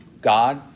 God